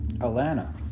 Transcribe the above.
Atlanta